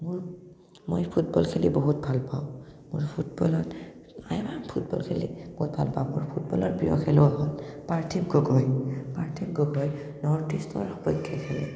মোৰ মই ফুটবল খেলি বহুত ভাল পাওঁ মোৰ ফুটবলত আইমা ফুটবল খেলি বহুত ভাল পাওঁ মোৰ ফুটবলৰ প্ৰিয় খেলুৱৈ হ'ল পাৰ্থিৱ গগৈ পাৰ্থিৱ গগৈ নৰ্থ ইষ্টৰ সপক্ষে খেলে